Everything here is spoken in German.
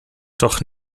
doch